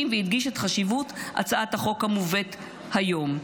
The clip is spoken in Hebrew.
והדגיש את חשיבות הצעת החוק המובאת היום.